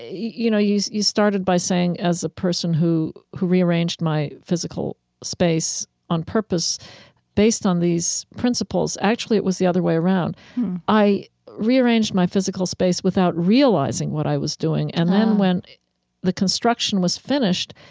you know, you you started by saying as a person who who rearranged my physical space on purpose based on these principles. actually, it was the other way around i rearranged my physical space without realizing what i was doing. and then, when the construction was finished,